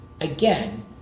again